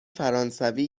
فرانسوی